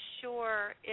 sure